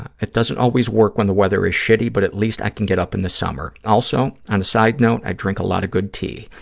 it doesn't always work when the weather is shitty, but at least i can get up in the summer. also, on a side note, i drink a lot of good tea.